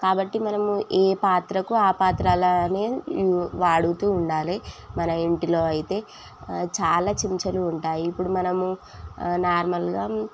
కాబట్టి మనము ఏ పాత్రకు ఆ పాత్రలానే వాడుతూ ఉండాలి మన ఇంటిలో అయితే చాలా చెంచాలు ఉంటాయి ఇప్పుడు మనము నార్మల్గా